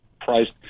priced